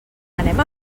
anem